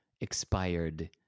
expired